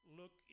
look